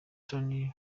toni